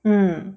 mm